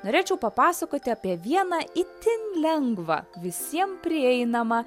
norėčiau papasakoti apie vieną itin lengvą visiem prieinamą